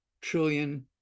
trillion